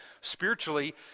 spiritually